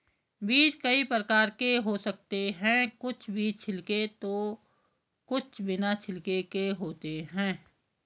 बीज कई प्रकार के हो सकते हैं कुछ बीज छिलके तो कुछ बिना छिलके के होते हैं